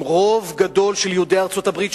עם רוב גדול של יהודי ארצות-הברית,